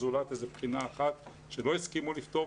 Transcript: זולת בחינה אחת שלא הסכימו לפטור,